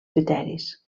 criteris